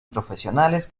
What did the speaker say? profesionales